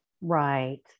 right